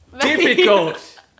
difficult